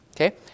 okay